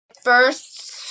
first